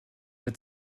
mit